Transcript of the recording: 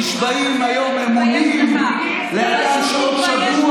אתם נשבעים היום אמונים לאדם שהוא צבוע